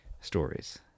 stories